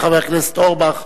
חבר הכנסת אורבך,